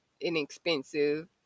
inexpensive